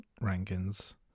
rankings